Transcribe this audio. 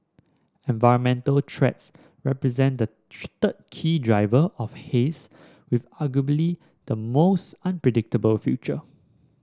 environmental trends represent the third key driver of haze with arguably the most unpredictable future